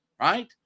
right